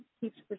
keeps